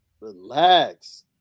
Relax